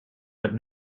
but